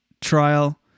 trial